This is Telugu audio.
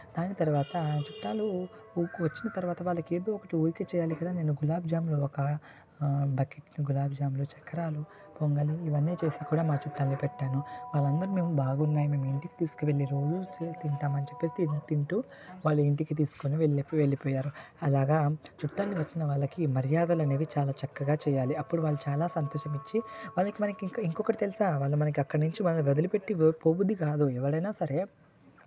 దాని తర్వాత చుట్టాలు వచ్చిన తర్వాత వాళ్ళకి ఏదో ఒకటి వాళ్ళకి ఊరికే చేయాలి కదా నేను గులాబ్ జాములు ఒక బకెట్ గులాబ్ జాములు చక్రాలు పొంగలు ఇవన్నీ చేసి కూడా మా చుట్టాలకి పెట్టాను వాళ్ళందరు మేము బాగా ఉన్నాయి మేము ఇంటికి తీసుకువెళ్ళి రోజు ఇదే తింటాం అని చెప్పేసి తింటూ వాళ్ళు ఇంటికి తీసుకొని వెళ్లిపోయారు అలాగా చుట్టాలు వచ్చినవారికి మర్యాదలు అనేవి చాలా చక్కగా చేయాలి అప్పుడు వాళ్ళు చాలా సంతోషం ఇచ్చి వాళ్ళకి మనకి ఇంకొకటి తెలుసా వాళ్ళు మనకు అక్కడ నుంచి వాళ్లు వదిలిపెట్టి పో బుద్ధి కాదు ఎవరైనా సరే